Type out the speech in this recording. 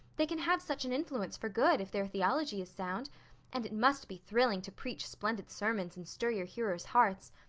they can have such an influence for good, if their theology is sound and it must be thrilling to preach splendid sermons and stir your hearers' hearts.